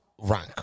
rank